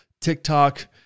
TikTok